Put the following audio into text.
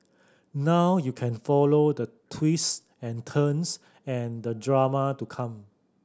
now you can follow the twist and turns and the drama to come